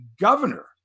governor